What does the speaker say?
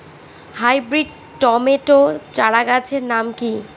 Hybrid tomato চারাগাছের নাম কি?